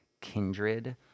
kindred